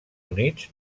units